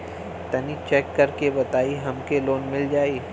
तनि चेक कर के बताई हम के लोन मिल जाई?